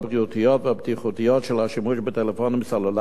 והבטיחותיות של השימוש בטלפונים סלולריים,